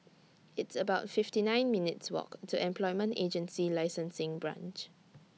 It's about fifty nine minutes' Walk to Employment Agency Licensing Branch